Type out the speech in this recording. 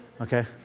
Okay